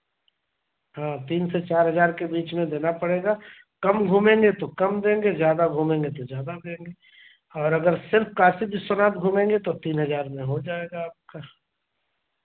हाँ तीन से चार हज़ार के बीच में देना पड़ेगा कम घूमेंगे तो कम देंगे ज़्यादा घूमेंगे तो ज़्यादा देंगे और अगर सिर्फ़ काशी विश्वनाथ घूमेंगे तो तीन हज़ार में हो जाएगा आपका